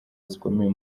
zikomeye